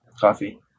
Coffee